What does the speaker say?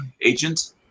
agent